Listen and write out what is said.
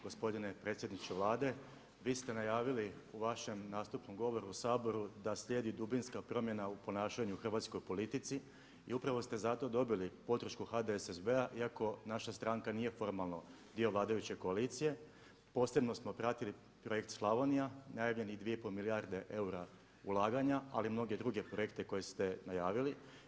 Gospodine predsjedniče Vlade, vi ste najavili u vašem nastupnom govoru u Saboru da slijedi dubinska promjena u ponašanju u hrvatskoj politici i upravo ste zato dobili podršku HDSSB-a iako naša stranka nije formalno dio vladajuće koalicije, posebno smo pratili projekt Slavonija, najavljenih 2,5 milijarde eura ulaganja ali i mnoge druge projekte koje ste najavili.